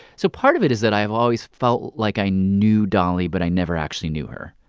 so part of it is that i have always felt like i knew dolly, but i never actually knew her.